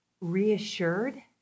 Reassured